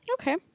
Okay